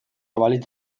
balitz